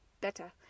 better